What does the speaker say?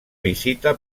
visita